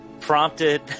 prompted